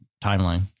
timeline